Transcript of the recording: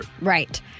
Right